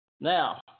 Now